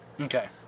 Okay